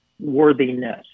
worthiness